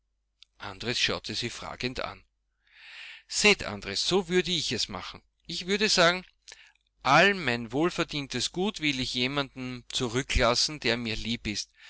andres schaute sie fragend an seht andres so würde ich es machen ich würde sagen all mein wohlverdientes gut will ich jemandem zurücklassen der mir lieb ist